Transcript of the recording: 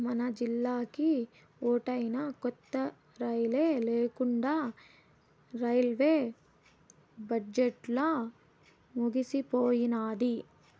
మనజిల్లాకి ఓటైనా కొత్త రైలే లేకండా రైల్వే బడ్జెట్లు ముగిసిపోయినాది